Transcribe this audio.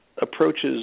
approaches